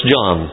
John